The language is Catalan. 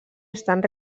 estan